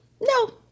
No